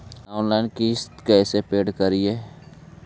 Online किस्त कैसे paid करि?